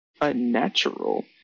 unnatural